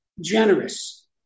generous